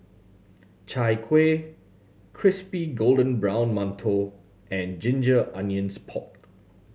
Chai Kueh crispy golden brown mantou and ginger onions pork